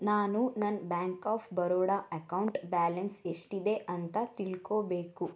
ನಾನು ನನ್ನ bank of Baroda account balance ಎಷ್ಟಿದೆ ಅಂತ ತಿಳ್ಕೊಳ್ಬೇಕು